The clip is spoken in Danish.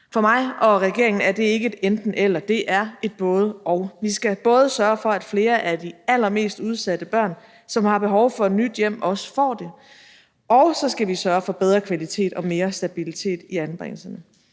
For mig og for regeringen er det ikke et enten-eller, men det er et både-og: Vi skal både sørge for, at flere af de allermest udsatte børn, som har behov for et nyt hjem, også får det, og vi skal sørge for bedre kvalitet og mere stabilitet i anbringelserne.